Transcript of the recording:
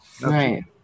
Right